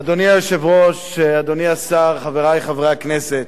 אדוני היושב-ראש, אדוני השר, חברי חברי הכנסת,